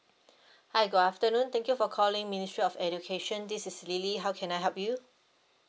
hi good afternoon thank you for calling ministry of education this is lily how can I help you